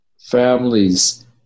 families